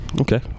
okay